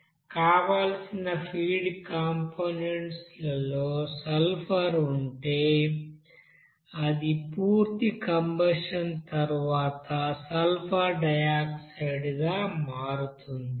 కాల్చవలసిన feed components లలో sulphur ఉంటే అది పూర్తి కంబషన్ తర్వాత సల్ఫర్ డయాక్సైడ్ గా మారుతుంది